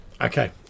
okay